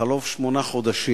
בחלוף שמונה חודשים,